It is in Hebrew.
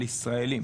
על ישראלים.